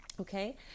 Okay